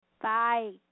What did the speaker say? Bye